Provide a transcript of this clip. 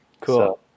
Cool